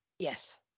Yes